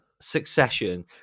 Succession